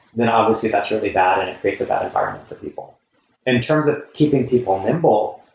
then obviously that's really bad and it creates a bad environment for people in terms of keeping people nimble,